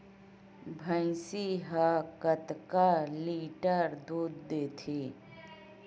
भंइसी हा कतका लीटर दूध देथे?